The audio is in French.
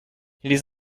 les